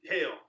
hell